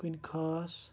کُنہِ خاص